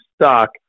stock